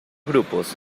grupos